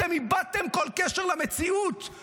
אתם איבדתם כל קשר עם המציאות.